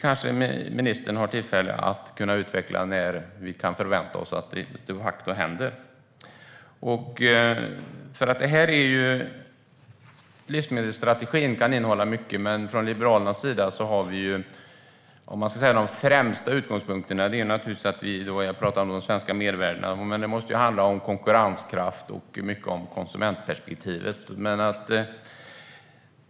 Kanske ministern har tillfälle att utveckla när vi kan förvänta oss att det de facto händer? Livsmedelsstrategin kan innehålla mycket, och jag pratade om de svenska mervärdena. Men Liberalernas främsta utgångspunkter är konkurrenskraften och konsumentperspektivet.